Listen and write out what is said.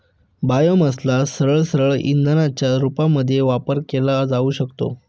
बायोमासला सरळसरळ इंधनाच्या रूपामध्ये वापर केला जाऊ शकतो